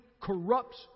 corrupts